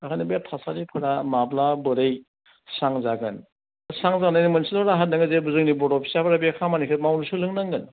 बेखायनो बे थासारिफोरा माब्ला बोरै स्रां जागोन स्रां जानायनि मोनसेल' राहा दङ जे जोंनि बर' फिसाफोरा बे खामानिखौ मावनो सोलोंनांगोन